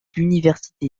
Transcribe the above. l’université